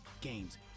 Games